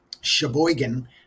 Sheboygan